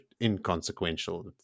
inconsequential